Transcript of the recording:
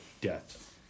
death